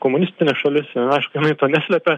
komunistinė šalis aišku jinai to neslepia